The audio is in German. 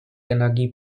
energie